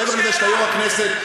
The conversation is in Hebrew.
מעבר לזה שאתה יושב-ראש הכנסת,